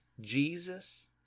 Jesus